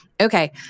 okay